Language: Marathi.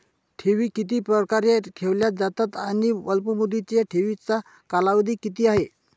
ठेवी किती प्रकारे ठेवल्या जातात आणि अल्पमुदतीच्या ठेवीचा कालावधी किती आहे?